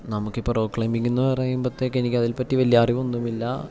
നമ്മൾക്ക് ഇപ്പം റോ ക്ലൈബിങ്ങ് എന്നു പറയുമ്പത്തേക്ക് എനിക്ക് അതിനെ പറ്റി വലിയ അറിവൊന്നുമില്ല